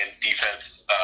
defense